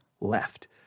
left